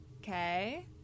okay